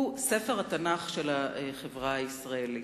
ספר התנ"ך של החברה הישראלית,